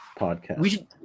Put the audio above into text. podcast